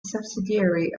subsidiary